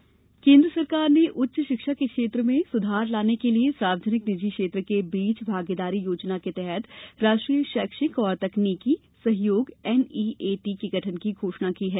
शिक्षा सुधार केन्द्र सरकार ने उच्च शिक्षा के क्षेत्र में सुधार लाने के लिए सार्वजनिक निजी क्षेत्र के बीच भागीदारी योजना के तहत राष्ट्रीय शैक्षिक एवं तकनीकी सहयोग एनईएटी के गठन की घोषणा की है